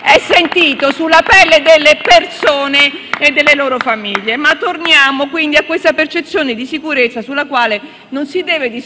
è sentito sulla pelle delle persone e delle loro famiglie. *(Applausi dal Gruppo FdI)*. Torniamo, quindi, alla percezione di sicurezza, sulla quale non si deve